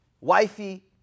Wifey